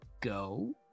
go